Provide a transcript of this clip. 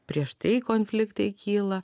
prieš tai konfliktai kyla